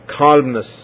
calmness